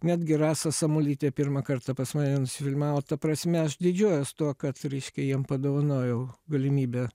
netgi rasa samuolytė pirmą kartą pas mane nusifilmavo ta prasme aš didžiuojuos tuo kad reiškia jiem padovanojau galimybę